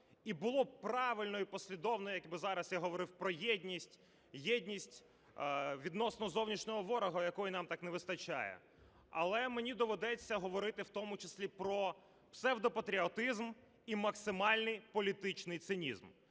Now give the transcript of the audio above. І було б правильно і послідовно, якби зараз я говорив про єдність, єдність відносно зовнішнього ворога, якої нам так не вистачає. Але мені доведеться говорити в тому числі про псевдопатріотизм і максимальний політичний цинізм.